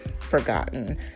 forgotten